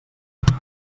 mar